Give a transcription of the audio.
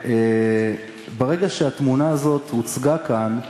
וברגע שהתמונה הזו הוצגה כאן,